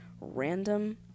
random